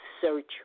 Search